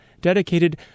dedicated